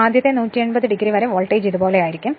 അതിനാൽ ആദ്യത്തെ 180o വരെ വോൾട്ടേജ് ഇതുപോലെയായിരിക്കും